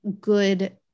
good